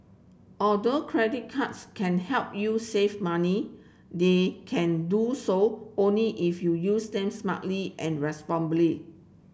although credit cards can help you save money they can do so only if you use them smartly and